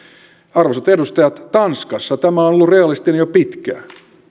arvoisat edustajat tanskassa tämä on ollut realistinen jo pitkään